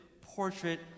portrait